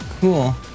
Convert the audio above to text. cool